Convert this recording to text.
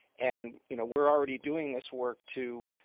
and you know we're already doing this work to